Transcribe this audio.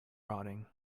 rotting